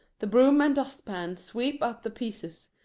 the broom and dustpan sweep up the pieces,